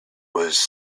was